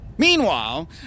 Meanwhile